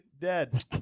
dead